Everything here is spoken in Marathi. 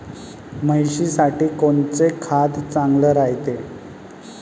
म्हशीसाठी कोनचे खाद्य चांगलं रायते?